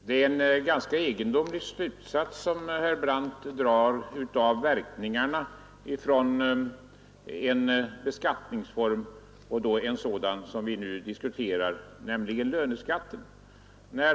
Fru talman! Det är en ganska egendomlig slutsats herr Brandt drar om verkningarna av en sådan skatteform som den vi nu diskuterar, nämligen löneskatten.